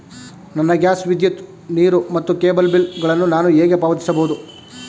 ನನ್ನ ಗ್ಯಾಸ್, ವಿದ್ಯುತ್, ನೀರು ಮತ್ತು ಕೇಬಲ್ ಬಿಲ್ ಗಳನ್ನು ನಾನು ಹೇಗೆ ಪಾವತಿಸುವುದು?